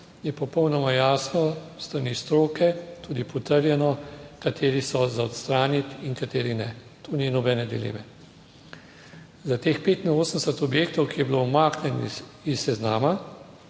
je popolnoma jasno s strani stroke, tudi potrjeno, kateri so za odstraniti in kateri ne, tu ni nobene dileme. Za teh 85 objektov, ki je bilo umaknjeno iz seznama,